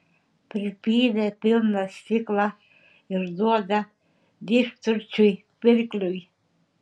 pripylė pilną stiklą ir duoda didžturčiui pirkliui